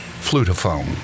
flutophone